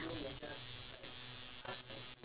harder why